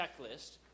checklist